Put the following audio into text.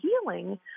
healing